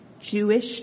Jewish